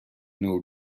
نور